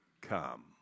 come